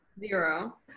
zero